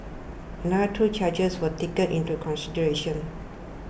another two charges were taken into consideration